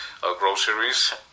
groceries